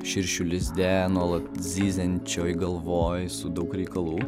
širšių lizde nuolat zyziančioj galvoj su daug reikalų